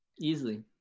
easily